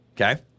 Okay